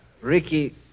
Ricky